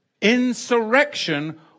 insurrection